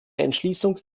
entschließung